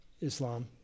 Islam